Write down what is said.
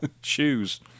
Shoes